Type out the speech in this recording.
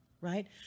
Right